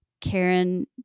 karen